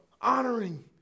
honoring